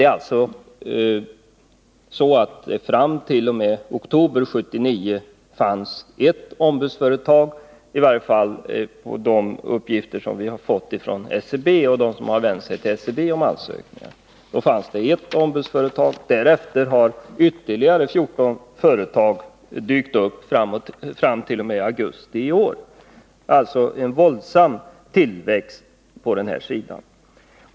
Fram till oktober 1979 fanns ett ombudsföretag, enligt de uppgifter vi Här fått från SCB om dem som vänt sig till SCB med ansökningar. Därefter har ytterligare 14 företag dykt upp fram till augusti i år. Det har alltså skett en våldsam tillväxt på detta område.